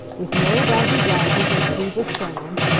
with no gauzy blouses or sleeveless gowns.